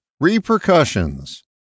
Repercussions